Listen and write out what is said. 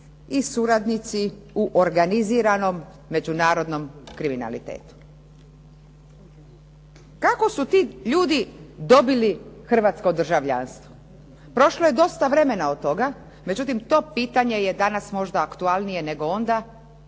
i suradnici u organiziranom međunarodnom kriminalitetu. Kako su ti ljudi dobili hrvatsko državljanstvo? Prošlo je dosta vremena od toga, međutim to pitanje je danas možda aktualnije nego onda